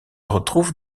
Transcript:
retrouvent